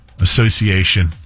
association